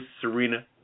Serena